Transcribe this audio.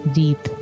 deep